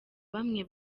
bamwe